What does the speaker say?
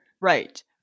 Right